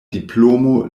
diplomo